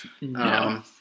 no